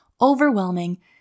overwhelming